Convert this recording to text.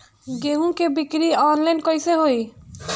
गेहूं के बिक्री आनलाइन कइसे होई?